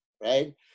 right